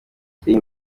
yateye